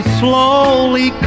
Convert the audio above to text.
slowly